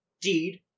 deed